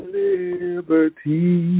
liberty